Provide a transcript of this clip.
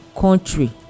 country